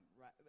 right